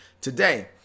today